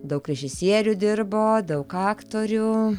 daug režisierių dirboo daug aktoriųų